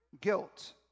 guilt